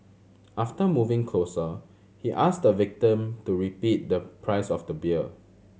after moving closer he asked the victim to repeat the price of the beer